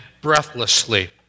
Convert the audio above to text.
breathlessly